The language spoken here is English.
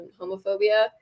homophobia